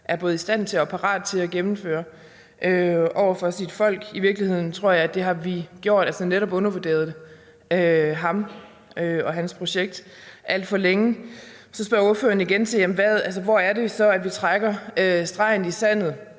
er både i stand til og parat til at gennemføre over for sit folk. I virkeligheden tror jeg, at det har vi gjort alt for længe, altså netop undervurderet ham og hans projekt. Så spørger ordføreren igen, hvor det er, at vi trækker stregen i sandet.